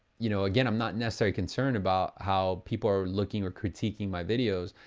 you know again, i'm not necessarily concerned about how people are looking or critiquing my videos.